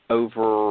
over